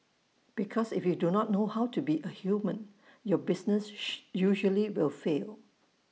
because if you do not know to be A human your business usually will fail